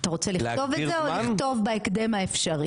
אתה רוצה לכתוב את זה או לכתוב בהקדם האפשרי?